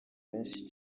benshi